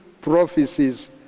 prophecies